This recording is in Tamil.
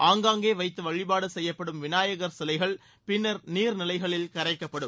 ஆங்காங்கே வைத்து வழிபாடு செய்யப்படும் விநாயகர் சிலைகள் பின்னர் நீர்நிலைகளில் கரைக்கப்படும்